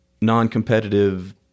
non-competitive